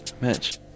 Mitch